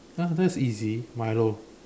!huh! that's easy Milo